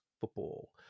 football